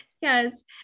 Yes